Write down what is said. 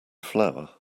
flower